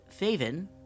Faven